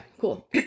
cool